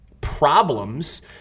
problems